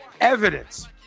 evidence